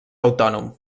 autònom